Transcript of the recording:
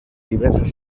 diversas